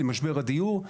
למשבר הדיור.